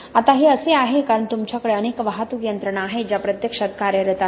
आता हे असे आहे कारण तुमच्याकडे अनेक वाहतूक यंत्रणा आहेत ज्या प्रत्यक्षात कार्यरत आहेत